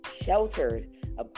sheltered